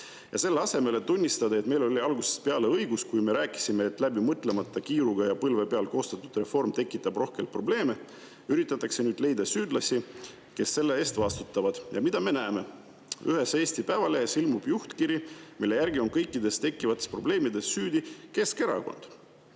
Selle asemel, et tunnistada, et meil oli algusest peale õigus, kui me rääkisime, et läbimõtlemata, kiiruga ja põlve peal [ettevalmistatud] reform tekitab rohkelt probleeme, üritatakse nüüd leida süüdlasi, kes selle eest vastutavad. Ja mida me näeme? Ühes Eesti päevalehes ilmub juhtkiri, mille järgi on kõikides tekkivates probleemides süüdi Keskerakond.